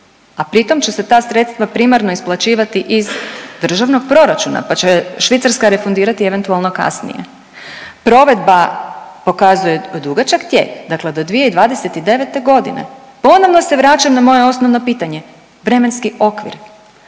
a pritom će se ta sredstva primarno isplaćivati iz državnog proračuna, pa će Švicarska refundirati eventualno kasnije. Provedba pokazuje dugačak tijek, dakle do 2029. godine. Ponovno se vraćam na moje osnovno pitanje vremenski okvir.